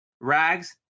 rags